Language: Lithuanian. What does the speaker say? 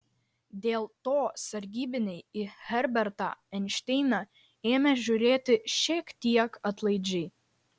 dėl to sargybiniai į herbertą einšteiną ėmė žiūrėti šiek tiek atlaidžiai